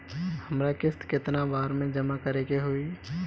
हमरा किस्त केतना बार में जमा करे के होई?